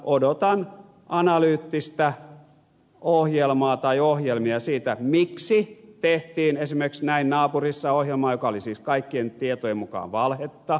odotan analyyttistä ohjelmaa tai ohjelmia siitä miksi tehtiin esimerkiksi näin naapurissa ohjelma joka oli siis kaikkien tietojen mukaan valhetta